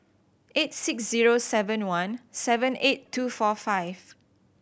eight six zero seven one seven eight two four five